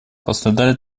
пострадали